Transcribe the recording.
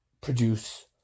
produce